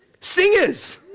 Singers